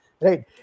right